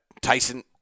Tyson